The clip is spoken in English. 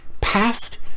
Past